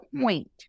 point